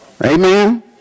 Amen